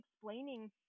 explaining